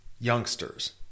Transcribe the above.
youngsters